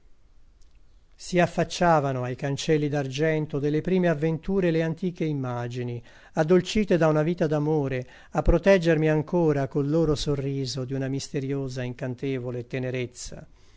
si affacciavano ai cancelli d'argento delle prime avventure le antiche immagini addolcite da una vita d'amore a proteggermi ancora col loro sorriso di una misteriosa incantevole tenerezza